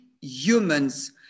humans